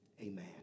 Amen